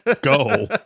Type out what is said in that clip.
go